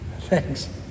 Thanks